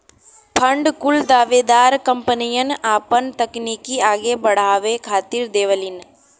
fund कुल दावेदार कंपनियन आपन तकनीक आगे अड़ावे खातिर देवलीन